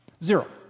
Zero